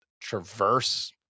traverse